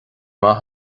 maith